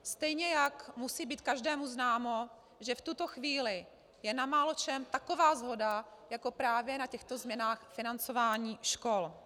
Stejně jak musí být každému známo, že v tuto chvíli je na máločem taková shoda jako právě na těchto změnách financování škol.